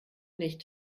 nicht